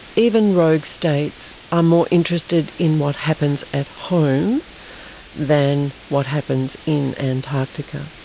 even rogue states are more interested in what happens at home than what happens in antarctica.